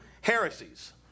heresies